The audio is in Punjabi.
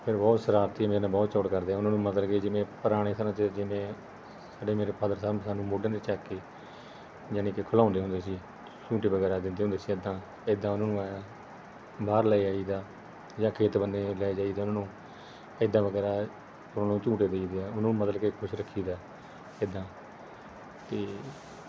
ਫਿਰ ਬਹੁਤ ਸ਼ਰਾਰਤੀ ਮੇਰੇ ਨਾਲ ਬਹੁਤ ਚੌੜ ਕਰਦੇ ਉਹਨਾਂ ਨੂੰ ਮਤਲਬ ਕਿ ਜਿਵੇਂ ਪੁਰਾਣੇ ਸਮੇਂ 'ਚ ਜਿਵੇਂ ਸਾਡੇ ਮੇਰੇ ਫਾਦਰ ਸਾਹਿਬ ਸਾਨੂੰ ਮੋਢਿਆਂ 'ਤੇ ਚੁੱਕ ਕੇ ਜਾਣੀ ਕਿ ਖਿਡਾਉਂਦੇ ਹੁੰਦੇ ਸੀ ਝੂਟੇ ਵਗੈਰਾ ਦਿੰਦੇ ਹੁੰਦੇ ਸੀ ਇੱਦਾਂ ਇੱਦਾਂ ਉਹਨਾਂ ਨੂੰ ਐਂ ਬਾਹਰ ਲੈ ਜਾਈਦਾ ਜਾਂ ਖੇਤ ਬੰਨੇ ਲੈ ਜਾਈਦਾ ਉਹਨਾਂ ਨੂੰ ਇੱਦਾਂ ਵਗੈਰਾ ਉਹਨਾਂ ਨੂੰ ਝੂਟੇ ਦਈਦੇ ਆ ਉਹਨੂੰ ਮਤਲਬ ਕੇ ਖੁਸ਼ ਰੱਖੀਦਾ ਇੱਦਾਂ ਅਤੇ